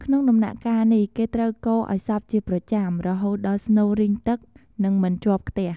ក្នុងដំណាក់កាលនេះ គេត្រូវកូរឲ្យសព្វជាប្រចាំ រហូតដល់ស្នូលរីងទឹក និងមិនជាប់ខ្ទះ។